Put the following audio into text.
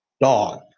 dog